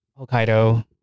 Hokkaido